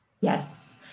Yes